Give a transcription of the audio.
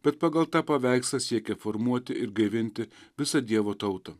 bet pagal tą paveikslą siekia formuoti ir gaivinti visą dievo tautą